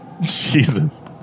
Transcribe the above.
Jesus